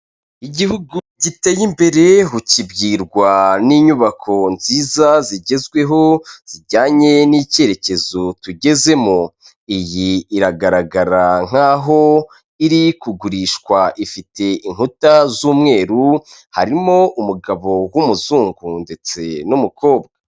Igihugu giteye imbere ukibwirwa n'inyubako nziza zigezweho, zijyanye n'icyerekezo tugezemo. Iyi iragaragara nkaho iri kugurishwa, ifite inkuta z'umweru, harimo umugabo w'umuzungu ndetse n'umukobwa.